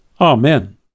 Amen